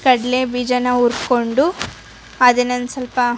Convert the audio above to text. ಕಡಲೆ ಬೀಜನಾ ಹುರ್ಕೊಂಡು ಅದನ್ನೊಂದು ಸ್ವಲ್ಪ